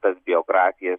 tas biografijas